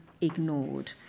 ignored